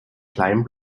kleinen